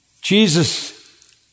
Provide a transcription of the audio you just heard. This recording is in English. Jesus